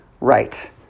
right